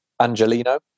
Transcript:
Angelino